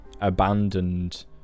abandoned